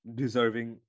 deserving